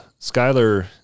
Skyler